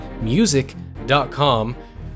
music.com